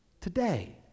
today